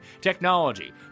technology